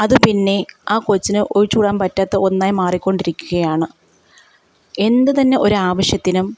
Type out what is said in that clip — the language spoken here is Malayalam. അത് പിന്നെ ആ കൊച്ചിന് ഒഴിച്ചുകൂടാൻ പറ്റാത്ത ഒന്നായി മാറിക്കൊണ്ടിരിക്കുകയാണ് എന്ത് തന്നെ ഒരു ആവശ്യത്തിനും